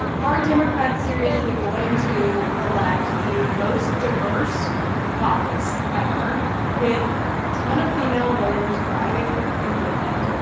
are democrats seriously going to elect the most diverse caucus ever with a ton of female voters driving the movement,